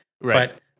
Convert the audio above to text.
Right